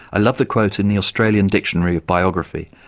i love the quote in the australian dictionary of biography,